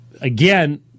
again